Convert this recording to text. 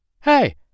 Hey